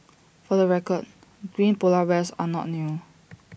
for the record green Polar Bears are not new